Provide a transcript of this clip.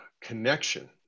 connection